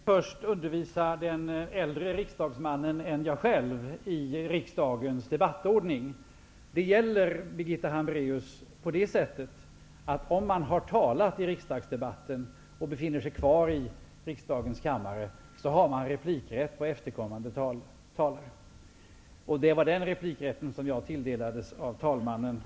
Herr talman! Låt mig först undervisa en riksdagsledamot som är äldre än jag i riksdagens debattordning. Om man har deltagit i debatten och befinner sig kvar i kammaren, så har man replikrätt på efterkommande talare. Det var den replikrätten som jag tilldelades av talmannen.